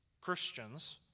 Christians